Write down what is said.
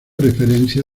referencia